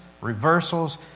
reversals